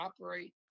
operate